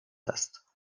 است